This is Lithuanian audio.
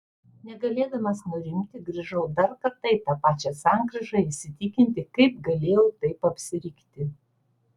negalėdamas nurimti grįžau dar kartą į tą pačią sankryžą įsitikinti kaip galėjau taip apsirikti